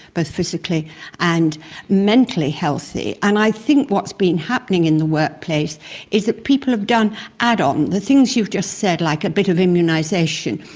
both physically and mentally healthy. and i think what has been happening in the workplace is that people have done add-on, the things you've just said, like a bit of immunisation,